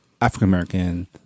African-American